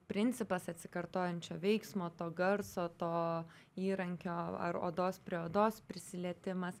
principas atsikartojančio veiksmo to garso to įrankio ar odos prie odos prisilietimas